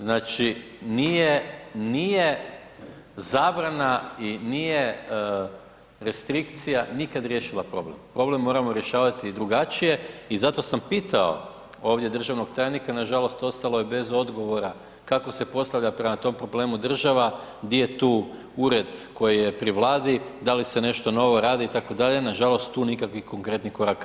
Znači nije zabrana i nije restrikcija nikada riješila problem, problem moramo rješavati drugačije i zato sam pitao ovdje državnog tajnika, nažalost ostalo je bez odgovora kako se postavlja prema tom problemu država, gdje je tu ured koji je pri Vladi, da li se nešto novo radi itd., nažalost tu nikakvih konkretnih koraka nema.